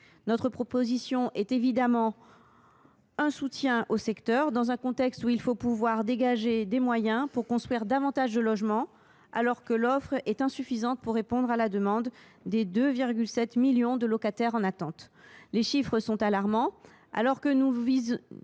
Notre proposition constitue un soutien au secteur du logement social dans un contexte où il faut pouvoir dégager des moyens pour construire davantage, alors que l’offre est insuffisante pour répondre à la demande des 2,7 millions de locataires en attente. Les chiffres sont alarmants : alors qu’un